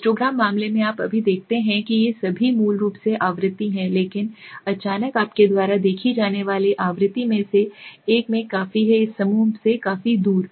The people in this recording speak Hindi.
हिस्टोग्राम मामले में आप अभी देखते हैं ये सभी मूल रूप से आवृत्ति हैं लेकिन अचानक आपके द्वारा देखी जाने वाली आवृत्ति में से एक में काफी है इस समूह से काफी दूर